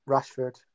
Rashford